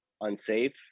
unsafe